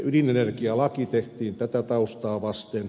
ydinenergialaki tehtiin tätä taustaa vasten